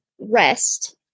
rest